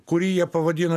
kurį jie pavadino